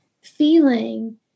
feeling